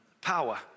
power